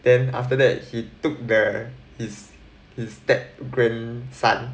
then after that he took the his his step-grandson